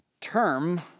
term